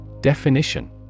Definition